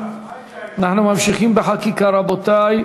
אנחנו ממשיכים בחקיקה, רבותי.